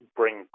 bring